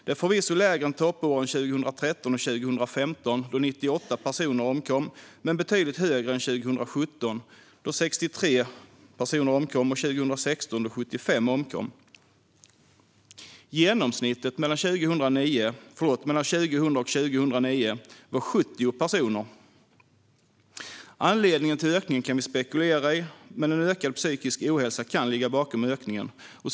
Det är förvisso lägre än toppåren 2013 och 2015, då 98 personer omkom, men betydligt högre än 2017 då 63 personer omkom och 2016 då 75 personer omkom. Genomsnittet mellan 2000 och 2009 var 70 personer. Anledningen till ökningen kan vi spekulera i, men ökad psykisk ohälsa kan ligga bakom ökningen.